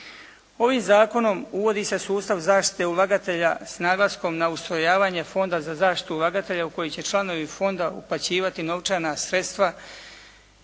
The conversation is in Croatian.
Ovim zakonom uvodi se sustav zaštite ulagatelja s naglasnom na ustrojavanje Fonda za zaštitu ulagatelja u koji će članovi fonda uplaćivati novčana sredstva